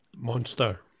Monster